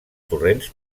torrents